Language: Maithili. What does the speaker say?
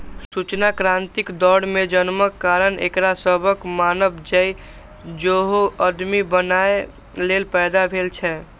सूचना क्रांतिक दौर मे जन्मक कारण एकरा सभक मानब छै, जे ओ उद्यमी बनैए लेल पैदा भेल छै